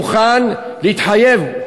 אמר במפורש: אני מוכן להתחייב,